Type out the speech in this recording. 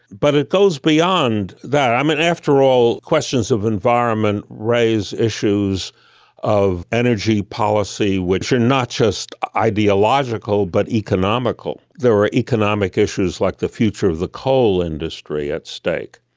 but it goes beyond that. i mean, after all, questions of environment raise issues of energy policy which are not just ideological but economical. there were economic issues like the future of the coal industry at stake.